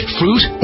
fruit